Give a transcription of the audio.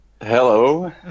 hello